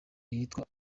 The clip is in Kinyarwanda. yitwa